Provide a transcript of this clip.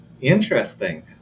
Interesting